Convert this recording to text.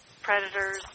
predators